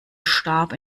starb